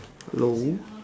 hello